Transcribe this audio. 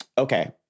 Okay